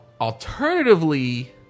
alternatively